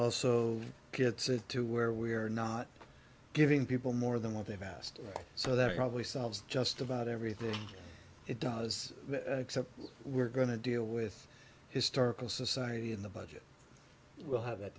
also gets it to where we are not giving people more than what they've asked so that probably solves just about everything it does except we're going to deal with historical society in the budget we'll have